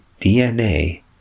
DNA